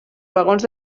vagons